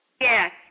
Yes